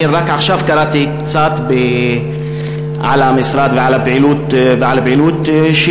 רק עכשיו קראתי קצת על המשרד ועל הפעילות שלו.